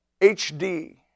HD